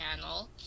Channel